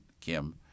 Kim